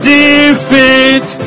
defeat